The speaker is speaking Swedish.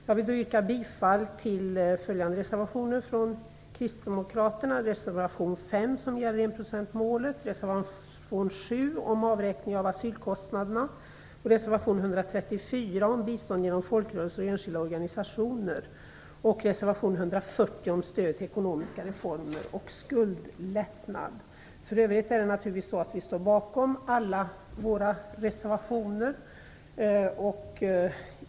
Jag vill yrka bifall till följande reservationer från kristdemokraterna: reservation 5, som gäller enprocentsmålet, reservation 7 om avräkning av asylkostnaderna, reservation 134 om bistånd genom folkrörelser och enskilda organisationer och reservation 140 För övrigt står vi naturligtvis bakom alla våra reservationer.